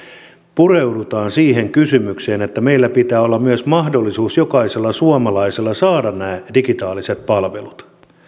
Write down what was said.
pureudutaan siihen kysymykseen että meillä pitää olla myös mahdollisuus jokaisella suomalaisella saada nämä digitaaliset palvelut